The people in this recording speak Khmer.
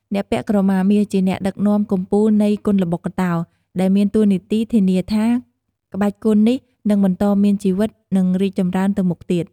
អ្នកពាក់ក្រមាមាសជាអ្នកដឹកនាំកំពូលនៃគុនល្បុក្កតោ ដែលមានតួនាទីធានាថាក្បាច់គុននេះនឹងបន្តមានជីវិត និងរីកចម្រើនទៅមុខទៀត។